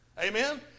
Amen